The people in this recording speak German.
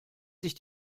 sich